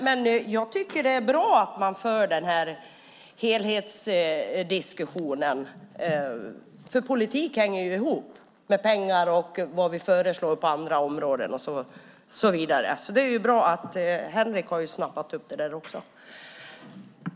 Men jag tycker att det är bra att man för denna helhetsdiskussion. Politik hänger ju ihop med pengar, vad vi föreslår på andra områden och så vidare. Det är bra att Henrik von Sydow har snappat upp detta också.